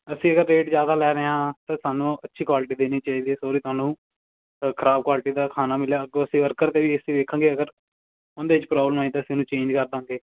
ਅਸੀਂ ਅਗਰ ਰੇਟ ਜ਼ਿਆਦਾ ਲੈ ਰਹੇ ਹਾਂ ਤਾਂ ਸਾਨੂੰ ਅੱਛੀ ਕੁਆਲਿਟੀ ਦੇਣੀ ਚਾਹੀਦੀ ਸੋਰੀ ਤੁਹਾਨੂੰ ਖਰਾਬ ਕੁਆਲਿਟੀ ਦਾ ਖਾਣਾ ਮਿਲਿਆ ਅੱਗੋਂ ਅਸੀਂ ਵਰਕਰ 'ਤੇ ਵੀ ਅਸੀਂ ਵੇਖਾਂਗੇ ਅਗਰ ਉਹਦੇ 'ਚ ਪ੍ਰੋਬਲਮ ਆਈ ਤਾਂ ਅਸੀਂ ਉਹਨੂੰ ਚੇਂਜ ਕਰ ਦੇਵਾਂਗੇ